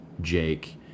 Jake